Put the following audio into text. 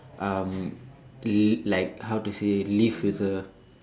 um l~ like how to say live with her